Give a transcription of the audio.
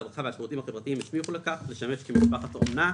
הרווחה והשירותים החברתיים הסמיכו לכך לשמש כמשפחת אומנה,